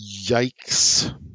Yikes